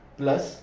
plus